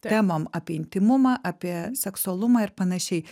temom apie intymumą apie seksualumą ir panašiai